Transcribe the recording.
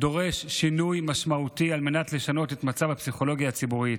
דורש שינוי משמעותי על מנת לשנות את מצב הפסיכולוגיה הציבורית.